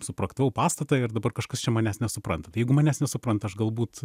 suprojektavau pastatą ir dabar kažkas čia manęs nesupranta tai jeigu manęs nesupranta aš galbūt